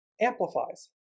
amplifies